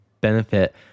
benefit